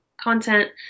content